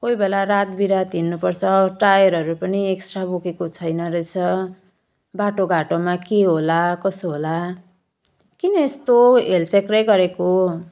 कोही बेला रात बिरात हिँड्नुपर्छ टायरहरू पनि एक्स्ट्रा बोकेको छैन रहेछ बाटोघाटोमा के होला कसो होला किन यस्तो हेल्चेक्र्याइँ गरेको